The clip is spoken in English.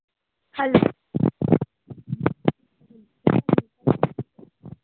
hello